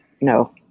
no